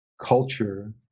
culture